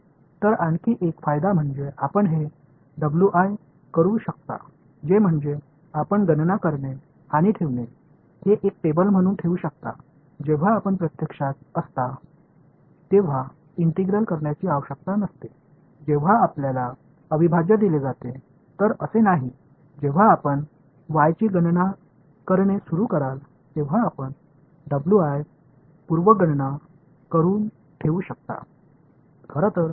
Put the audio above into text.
எனவே மற்றொரு நன்மை என்னவென்றால் இந்த நீங்கள் என்ன செய்ய முடியும் என்பதுதான் நீங்கள் முன்பே கணக்கிட்டு வைத்திருக்கலாம் அதை ஒரு அட்டவணையாக சேமிக்க முடியும் உண்மையில் ஒரு இன்டெக்ரல் உங்களுக்கு வழங்கப்படும்போது அதை தீர்க்க வேண்டியதில்லை அந்த நேரத்தில் w i கணக்கிடத் தொடங்க வேண்டிய அவசியம் இல்லை நீங்கள் முன்பே கணக்கிட்டு வைத்திருக்கலாம்